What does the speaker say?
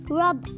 rub